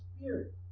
spirit